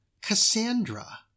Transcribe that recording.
cassandra